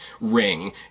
ring